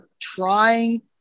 trying